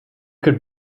could